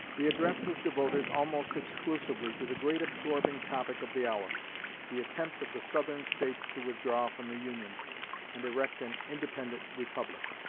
the address was devoted almost exclusively to the great absorbing topic of the hour the attempt of the southern states to withdraw from the union and erect an independent republic.